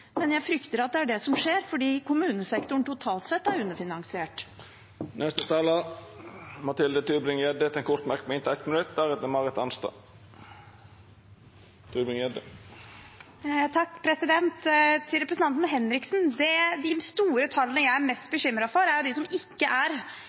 Men jeg frykter at det er det som skjer, for kommunesektoren totalt sett er underfinansiert. Representanten Mathilde Tybring-Gjedde har hatt ordet to gonger tidlegare og får ordet til ein kort merknad, avgrensa til 1 minutt. Til representanten Henriksen: De store tallene jeg er